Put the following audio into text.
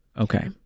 Okay